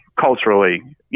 culturally